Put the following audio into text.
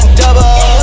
double